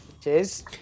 Cheers